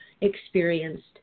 experienced